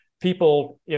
people